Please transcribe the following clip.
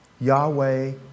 Yahweh